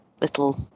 little